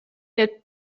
der